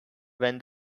when